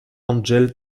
ángel